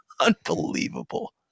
Unbelievable